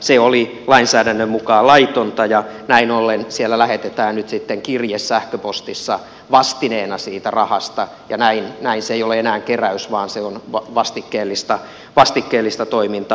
se oli lainsäädännön mukaan laitonta ja näin ollen siellä lähetetään nyt sitten kirje sähköpostissa vastineena siitä rahasta ja näin se ei ole enää keräys vaan se on vastikkeellista toimintaa